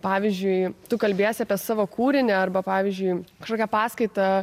pavyzdžiui tu kalbiesi apie savo kūrinį arba pavyzdžiui kažkokią paskaitą